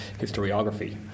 historiography